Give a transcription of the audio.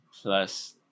plus